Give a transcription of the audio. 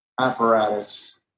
apparatus